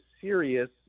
serious